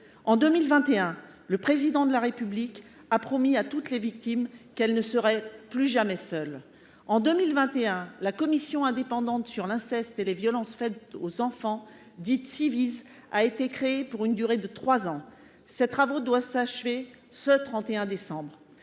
En 2021, le Président de la République a promis à toutes les victimes qu’elles ne seraient plus jamais seules. En 2021, la Commission indépendante sur l’inceste et les violences faites aux enfants a été créée pour une durée de trois ans. Ses travaux doivent s’achever le 31 décembre